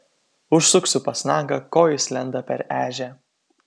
užsuksiu pas nagą ko jis lenda per ežią